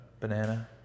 banana